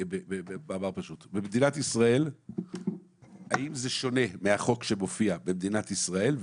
האם זה שונה מהחוק שמופיע במדינת ישראל,